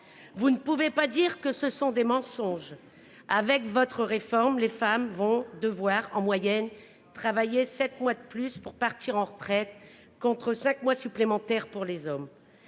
Vous ne pouvez pas dire que ce sont des mensonges avec votre réforme, les femmes vont devoir en moyenne travaillé 7 mois de plus pour partir en retraite, contre 5 mois supplémentaires pour les hommes.